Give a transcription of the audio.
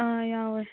ꯑ ꯌꯥꯎꯋꯦ